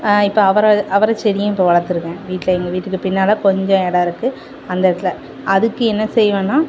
இப்போ அவரை அவரை செடியும் இப்போ வளர்த்துருக்கேன் வீட்டில் எங்கள் வீட்டுக்கு பின்னால் கொஞ்சம் இடம் இருக்குது அந்த இடத்துல அதுக்கு என்ன செய்வன்னா